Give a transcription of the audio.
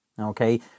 okay